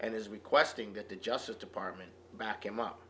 and is requesting that the justice department back him up